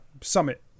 summit